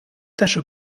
tache